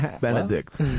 Benedict